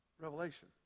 revelation